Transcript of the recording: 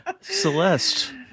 Celeste